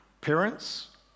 parents